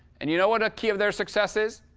and you know what a key of their success is?